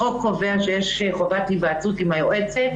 החוק קובע שיש חובת היוועצות עם היועצת.